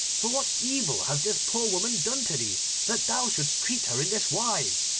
for what evil has this poor woman done to thee that thou shouldst treat her in this wise